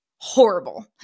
Horrible